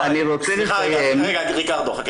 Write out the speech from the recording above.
ריקרדו, חכה